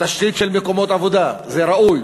תשתית של מקומות עבודה, זה ראוי,